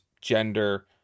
gender